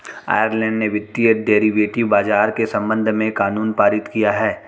Ireland ने वित्तीय derivative बाजार के संबंध में कानून पारित किया है